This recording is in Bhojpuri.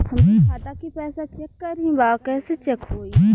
हमरे खाता के पैसा चेक करें बा कैसे चेक होई?